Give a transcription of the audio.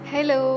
Hello